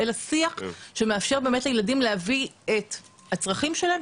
אלא שיח שמאפשר לילדים להביא את הצרכים שלהם,